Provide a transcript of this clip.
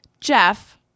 jeff